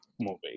movie